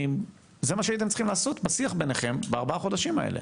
זה מה שהייתם צריכים לעשות בשיח ביניכם בארבעה חודשים האלה.